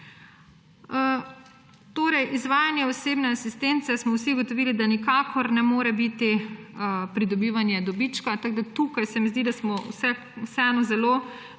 podpori. Izvajanje osebne asistence, smo vsi ugotovili, nikakor ne more biti pridobivanje dobička. Tukaj se mi zdi, da smo vseeno zelo